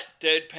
deadpan